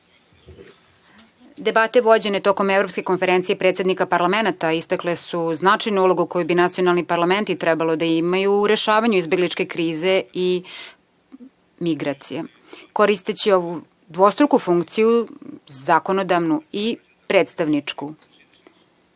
vođene tokom Evropske konferencije predsednika parlamenata istakle su značajnu ulogu koju bi nacionalni parlamenti trebalo da imaju u rešavanju izbegličke krize i migracija. Koristeći ovu dvostruku funkciju, zakonodavnu i predstavničku,